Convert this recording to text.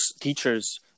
teachers